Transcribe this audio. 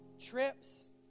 trips